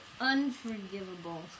Unforgivable